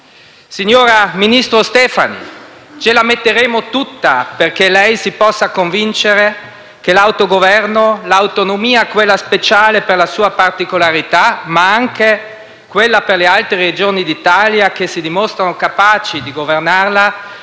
Signora ministro Stefani, ce la metteremo tutta perché lei si possa convincere che l'autogoverno e l'autonomia, quella speciale per la sua particolarità, ma anche quella delle altre Regioni d'Italia che si dimostrano capaci di governarla,